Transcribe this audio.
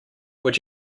would